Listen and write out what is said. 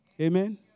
amen